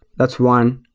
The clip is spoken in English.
that's one.